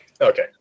Okay